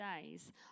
days